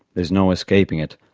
there's no escaping it,